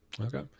Okay